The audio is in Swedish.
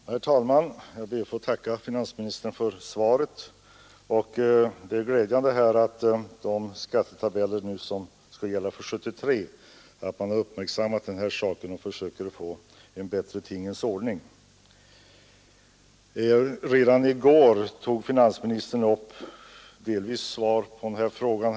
Herr talman! Jag ber att få tacka finansministern för svaret. Det är glädjande att man har uppmärksammat den här saken och försöker få en bättre tingens ordning beträffande de skattetabeller som skall gälla för 1973: Redan i går gav finansministern delvis svar på den här frågan.